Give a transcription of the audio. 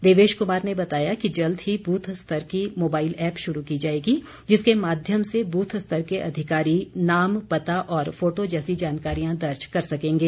देवेश कुमार ने बताया कि जल्द ही बूथ स्तर की मोबाइल ऐप शुरू की जाएगी जिसके माध्यम से बूथ स्तर के अधिकारी नाम पता और फोटो जैसी जानकारियां दर्ज कर सकेंगे